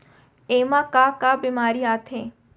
एमा का का बेमारी आथे?